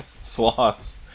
sloths